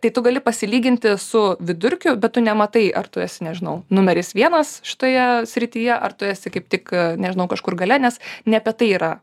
tai tu gali pasilyginti su vidurkiu bet tu nematai ar tu esi nežinau numeris vienas šitoje srityje ar tu esi kaip tik nežinau kažkur gale nes ne apie tai yra